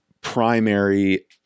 primary